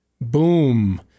Boom